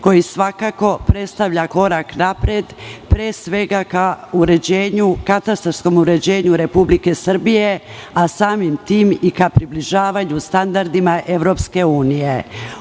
koji svakako predstavlja korak napred pre svega ka katastarskom uređenju Republike Srbije, a samim tim i ka približavanju standardima